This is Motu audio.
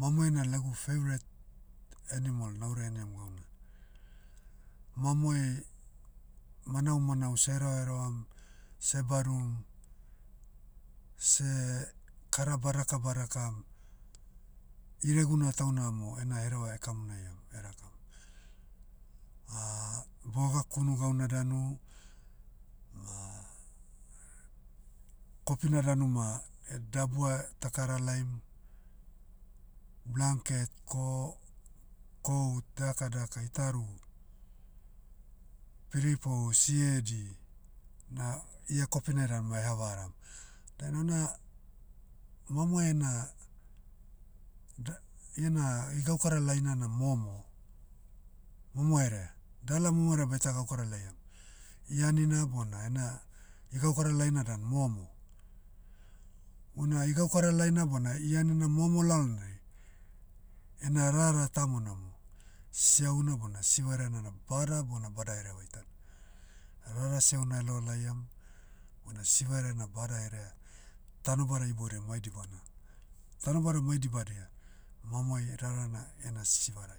mamoe na lagu favourite, animal naura heniam gauna. Mamoe, manau manau seh hereva herevam, seh badum, seh, kara badaka badakam. Ireguna tauna mo ena hereva ekamonaiam, erakam. boga kunu gauna danu, kopina danu ma, dabua takara laim, blanket, ko- coat daka daka itaru, piripou siedi, na ia kopina dan ma ehavaram. Dainai na, mamoe na, da- iana igaukara laina na momo- momo herea. Dala momo herea baita gaukara laiam. Ianina bona ena, igaukara laina dan momo. Una igaukara laina bona iania momo laonai, ena rara tamona mo, siahuna bona sivaraina na bada bona badaherea vaitan. Ah rara siahuna eloa laiam, bona sivaraina badaherea, tanobada iboudai mai dibana- tanobada mai dibadia, mamoe rarana ena sivarai. Na dainai lagu favourite, mauri gauna tana ma, mamoe.